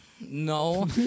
no